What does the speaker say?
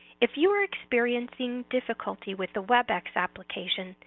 if you are experiencing difficulty with the webex application,